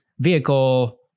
Vehicle